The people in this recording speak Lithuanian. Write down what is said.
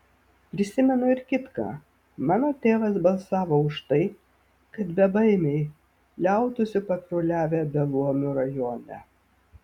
prisimenu ir kitką mano tėvas balsavo už tai kad bebaimiai liautųsi patruliavę beluomių rajone